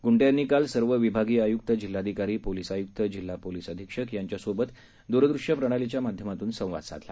कंटे यांनी काल सर्व विभागीय आय्क्त जिल्हाधिकारी पोलिस आय्क्त जिल्हा पोलिस अधीक्षक यांच्यासोबत दूरदृष्यप्रणालीच्या माध्यमातून संवाद साधला